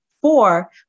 four